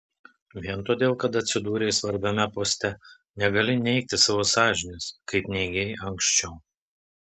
vien todėl kad atsidūrei svarbiame poste negali neigti savo sąžinės kaip neigei anksčiau